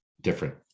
different